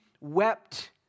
wept